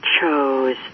chose